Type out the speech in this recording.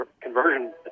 conversion